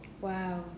Wow